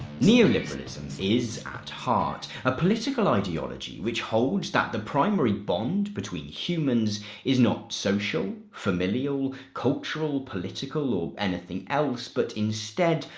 neoliberalism is, at heart, a political ideology which holds that the primary bond between humans is not social, familial, cultural, political or anything else but, instead,